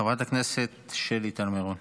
חברת הכנסת שלי טל מירון.